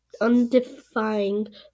undefined